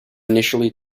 initially